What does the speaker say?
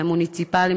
מהתחום המוניציפלי,